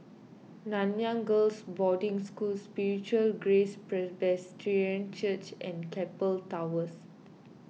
Nanyang Girls' Boarding School Spiritual Grace Presbyterian Church and Keppel Towers